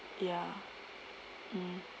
ya mm